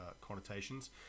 connotations